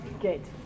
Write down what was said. good